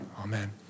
Amen